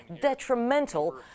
detrimental